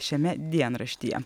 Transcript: šiame dienraštyje